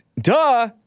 Duh